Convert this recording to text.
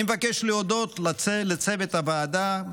אני מבקש להודות לצוות הוועדה,